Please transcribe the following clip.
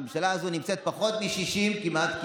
הממשלה הזו נמצאת עם פחות מ-60 כמעט,